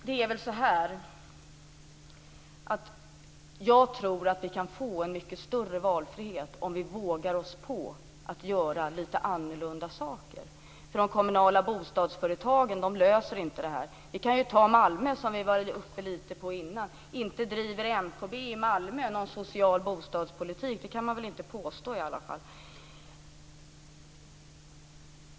Fru talman! Jag tror att vi kan få en mycket större valfrihet om vi vågar oss på att göra lite annorlunda saker. De kommunala bostadsföretagen löser nämligen inte det här. Vi kan ta Malmö, som vi lite grann var inne på förut. Inte driver MKB i Malmö någon social bostadspolitik! Det kan man väl inte påstå i alla fall.